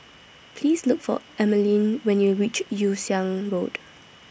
Please Look For Emeline when YOU REACH Yew Siang Road